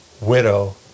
widow